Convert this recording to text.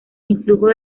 influjo